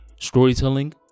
storytelling